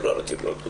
ואופן הטיפול במסכה